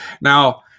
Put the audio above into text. Now